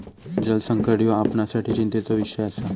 जलसंकट ह्यो आपणासाठी चिंतेचो इषय आसा